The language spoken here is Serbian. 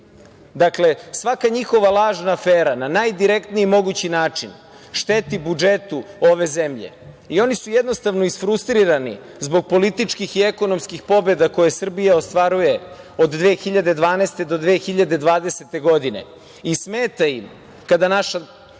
Srbije. Dakle, svaka njihova lažna afera na najdirektniji mogući način šteti budžetu ove zemlje. Oni su jednostavno isfrustrirani zbog političkih i ekonomskih pobeda koje Srbija ostvaruje od 2012. do 2020. godine. Smeta im kada naša